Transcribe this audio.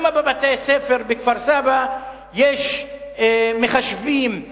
למה בבתי-הספר בכפר-סבא יש מחשבים,